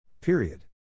Period